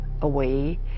away